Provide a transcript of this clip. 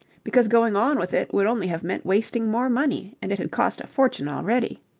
because going on with it would only have meant wasting more money, and it had cost a fortune already.